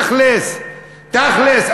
תכל'ס, תכל'ס.